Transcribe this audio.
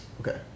Okay